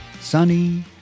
sunny